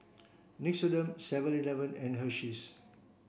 Nixoderm seven eleven and Hersheys